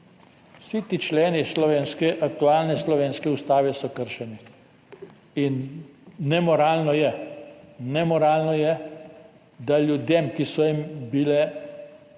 Vsi ti členi aktualne slovenske ustave so kršeni, in nemoralno je, da se ljudem, ki so jim bile